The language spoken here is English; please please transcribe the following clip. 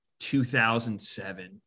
2007